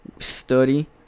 Study